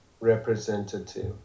representative